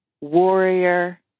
warrior